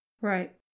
Right